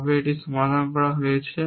তবে এটি সমাধান করা হয়েছে